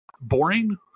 boring